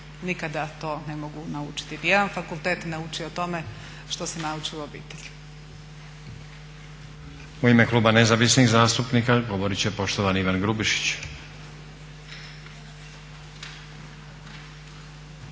nikada to ne mogu naučiti. Ni jedan fakultet ne uči o tome što se nauči u obitelji. **Stazić, Nenad (SDP)** U ime Kluba Nezavisnih zastupnika govorit će poštovani Ivan Grubišić.